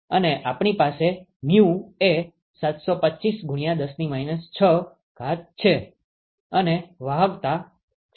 અને આપણી પાસે µ એ 725×10 6 Nsm² છે અને વાહકતા ૦